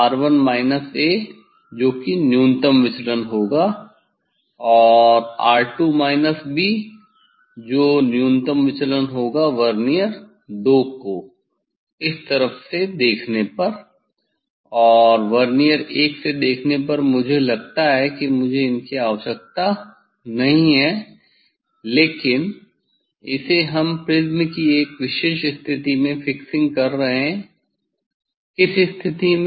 R1 minus a जो कि न्यूनतम विचलन होगा और R2 माइनस b जो न्यूनतम विचलन होगा वर्नियर 2 को इस तरफ से इसे देखने पर और वर्नियर 1 से देखने पर मुझे लगता है कि मुझे इनकी आवश्यकता नहीं है लेकिन इसे हम प्रिज्म की एक विशेष स्थिति में फिक्सिंग कर रहे हैं किस स्थिति में